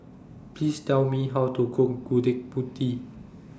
Please Tell Me How to Cook Gudeg Putih